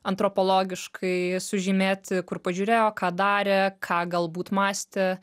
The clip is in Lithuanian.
antropologiškai sužymėti kur pažiūrėjo ką darė ką galbūt mąstė